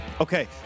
Okay